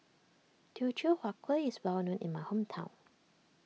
Teochew Huat Kueh is well known in my hometown